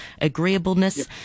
agreeableness